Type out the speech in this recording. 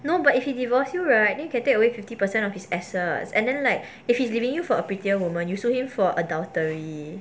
no but if he divorce you right then can take away fifty percent of his assets and then like if he's leaving you for a prettier woman you sue him for adultery